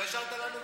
לא השארת לנו ברירה.